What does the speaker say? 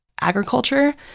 agriculture